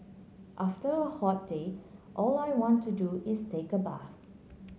after a hot day all I want to do is take a bath